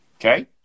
Okay